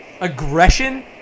aggression